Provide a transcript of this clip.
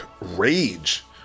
rage